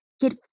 Get